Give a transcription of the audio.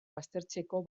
baztertzeko